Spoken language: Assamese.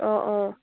অঁ অঁ